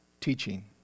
teaching